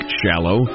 shallow